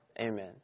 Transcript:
Amen